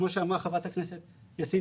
כמו שאמרה חברת הכנסת יאסין,